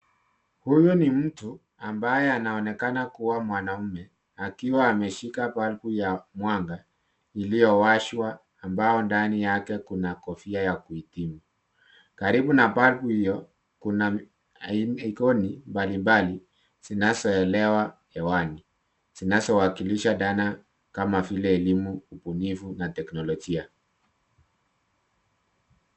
Huyu ni mtu ambaye anaonekana kuwa mwanamume akiwa ameshika balbu ya mwanga iliyowashwa ambayo ndani yake kuna kofia ya kuhitimu. Karibu na balbu hio kuna ikoni mbalimbali zinazoelea hewani zinazowakilisha dhana kama vile elimu, ubunifu na teknolojia.